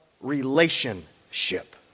relationship